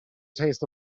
taste